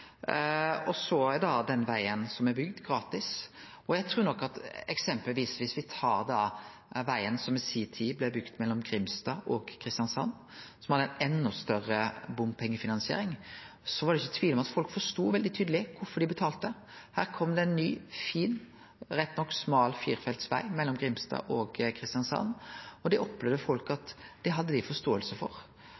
og så er den vegen som er bygd, gratis. Viss me eksempelvis tar den vegen som i si tid blei bygd mellom Grimstad og Kristiansand, som hadde ei enda større bompengefinansiering, var det ikkje tvil om at folk forsto veldig tydeleg kvifor dei betalte: Her kom det ein ny fin, rett nok smal, firefelts veg mellom Grimstad og Kristiansand, og folk hadde forståing for det